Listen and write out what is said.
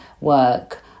work